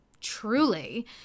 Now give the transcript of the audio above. truly